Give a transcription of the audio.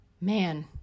man